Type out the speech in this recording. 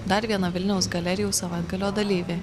dar viena vilniaus galerijų savaitgalio dalyvė